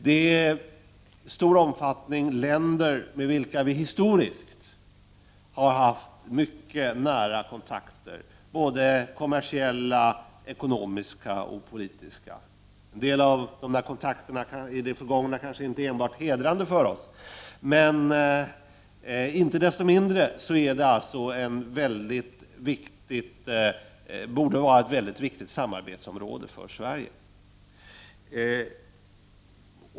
Det är i stor omfattning länder med vilka vi historiskt haft mycket nära kontakter: kommersiella, ekonomiska och politiska. En del av kontakterna i det förgångna är kanske inte enbart hedrande för oss, men inte desto mindre borde dessa länder vara ett mycket viktigt samarbetsområde för Sverige.